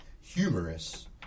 humorous